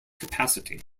capacity